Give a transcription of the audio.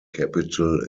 capital